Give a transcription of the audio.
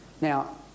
Now